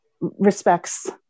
respects